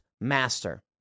master